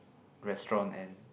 restaurant and